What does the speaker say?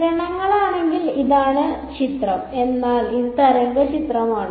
കിരണങ്ങളാണെങ്കിൽ ഇതാണ് ചിത്രം എന്നാൽ ഇത് തരംഗചിത്രമാണ്